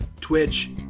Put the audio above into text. Twitch